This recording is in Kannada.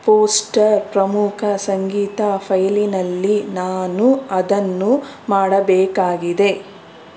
ಪೋಸ್ಟರ್ ಪ್ರಮುಖ ಸಂಗೀತ ಫೈಲಿನಲ್ಲಿ ನಾನು ಅದನ್ನು ಮಾಡಬೇಕಾಗಿದೆ